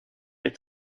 est